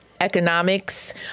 economics